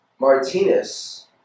Martinez